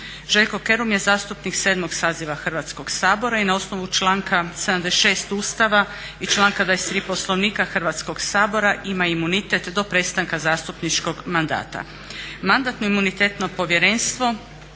Željko Kerum je zastupnik 7.saziva Hrvatskog sabora i na osnovu članka 76. Ustava i članka 23. Poslovnika Hrvatskog sabora ima imunitet do prestanka zastupničkog mandata. Mandatno-imunitetno povjerenstvo